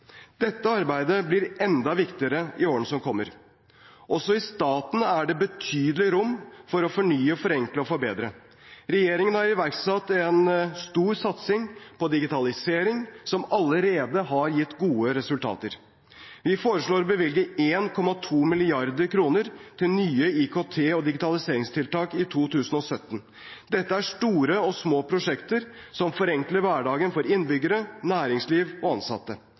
Dette arbeidet blir enda viktigere i årene som kommer. Også i staten er det betydelig rom for å fornye, forenkle og forbedre. Regjeringen har iverksatt en stor satsing på digitalisering, som allerede har gitt gode resultater. Vi foreslår å bevilge 1,2 mrd. kr til nye IKT- og digitaliseringstiltak i 2017. Dette er store og små prosjekter som forenkler hverdagen for innbyggere, næringsliv og ansatte.